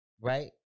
right